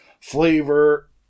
flavor